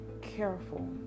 careful